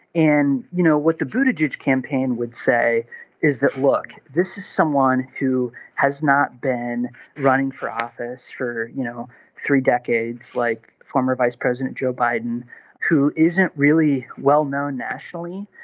and you know what the beauty george campaign would say is that look this is someone who has not been running for office for you know three decades like former vice president joe biden who isn't really well-known nationally.